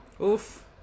Oof